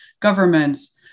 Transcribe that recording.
governments